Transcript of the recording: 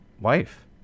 wife